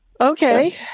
Okay